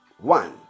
One